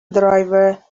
driver